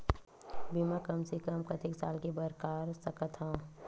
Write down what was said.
बीमा कम से कम कतेक साल के बर कर सकत हव?